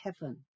heaven